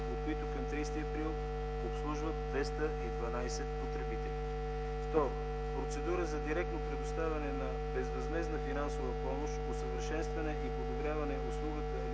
които към 30 април обслужват 212 потребители. Второ, процедура за директно предоставяне на безвъзмездна финансова помощ, усъвършенстване и подобряване на услугата